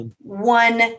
one